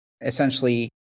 essentially